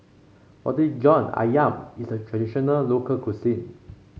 Roti John ayam is a traditional local cuisine